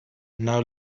now